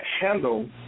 handle